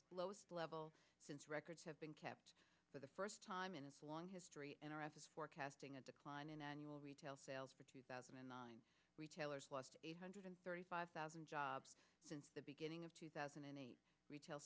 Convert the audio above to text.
lowest lowest level since records have been kept for the first time in a long history and are as is forecasting a decline in annual retail sales for two thousand and nine retailers lost eight hundred thirty five thousand jobs since the beginning of two thousand and eight retail